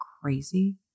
crazy